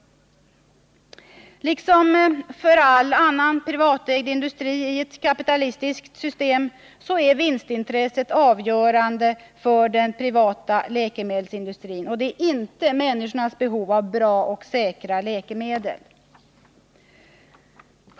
Liksom för all annan privatägd industri i ett kapitalistiskt system är vinstintresset avgörande för den privata läkemedelsindustrin och inte människors behov av bra och säkra läkemedel.